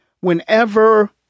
whenever